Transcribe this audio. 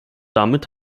damit